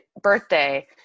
birthday